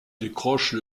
décroche